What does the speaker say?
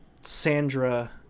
Sandra